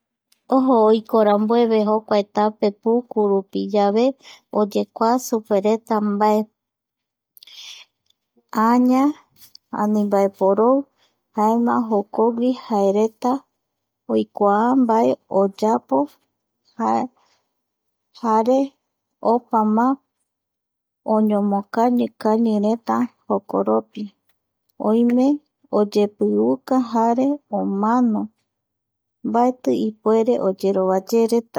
Ojo oiko rambueve jokuae tape puku rupiyave oyekua supereta mbae., aña ani mbaeporou jaema jaereta oikua mbae oyapo jare opama oñomo kañikañireta jokoropi oime oyepii uka jare omano mbati ipuere oyerovayé reta